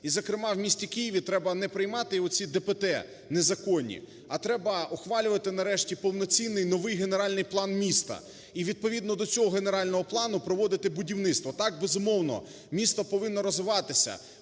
І, зокрема, в місті Києві треба не приймати оці ДПТ незаконні, а треба ухвалювати нарешті повноцінний новий генеральний план міста, і відповідно до цього генерального плану проводити будівництво. Так, безумовно, місто повинно розвиватися,